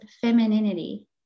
femininity